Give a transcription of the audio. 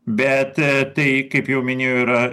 bet tai kaip jau minėjau yra